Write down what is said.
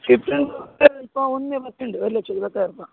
sixteen pro ഇപ്പം ഒന്ന് പത്തുണ്ട് ഒരു ലക്ഷത്തിപത്തായിരം റുപ്യ